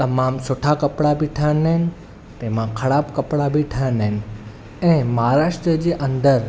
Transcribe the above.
तमामु सुठा कपिड़ा बि ठहंदा आहिनि तंहिंमां ख़राबु कपिड़ा बि ठहंदा आहिनि ऐं महाराष्ट्र जे अंदरु